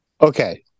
Okay